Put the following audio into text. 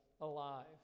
alive